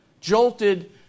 jolted